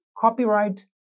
copyright